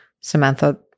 Samantha